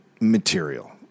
material